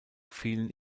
fielen